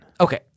Okay